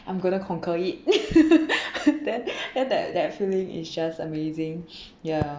I'm going to conquer it then then that that feeling is just amazing ya